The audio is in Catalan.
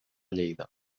lleida